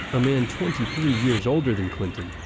a man twenty three years older than clinton.